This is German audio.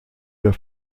der